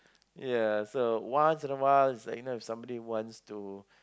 ya so once in awhile it's like you know if somebody wants to